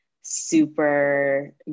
super